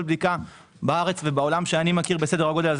בדיקה בארץ ובעולם שאני מכיר בסדר הגודל הזה.